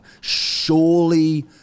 Surely